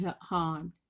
harmed